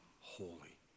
holy